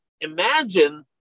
Imagine